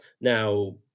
Now